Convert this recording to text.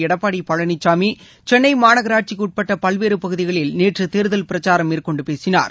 எடப்பாடி பழனிசாமி சென்னை மாநகராட்சிக்கு உட்பட்ட பல்வேறு பகுதிகளில் நேற்று தேர்தல் பிரச்சாரம் மேற்கொண்டு பேசினார்